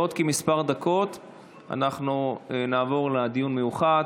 בעוד כמה דקות אנחנו נעבור לדיון המיוחד